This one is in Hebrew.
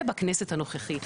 ובכנסת הנוכחית,